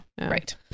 Right